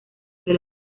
que